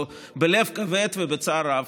בלב כבד ובצער רב,